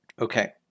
Okay